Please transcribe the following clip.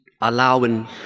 allowing